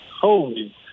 Holy